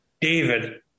David